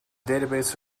database